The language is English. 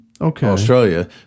Australia